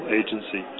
agency